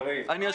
חברים.